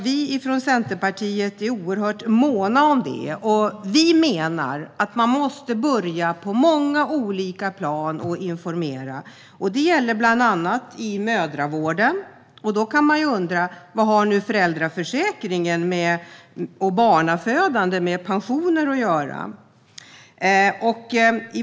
Vi i Centerpartiet är oerhört måna om detta. Vi menar att man måste börja informera på många olika plan. Det gäller bland annat i mödravården. Då kan man undra: Vad har föräldraförsäkringen och barnafödande med pensioner att göra?